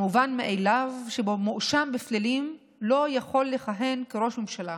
המובן מאליו שמואשם בפלילים לא יכול לכהן כראש ממשלה,